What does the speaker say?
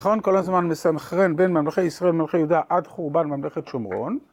נכון? כל הזמן מסנכרן בין ממלכי ישראל ומלכי יהודה עד חורבן ממלכת שומרון